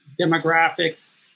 demographics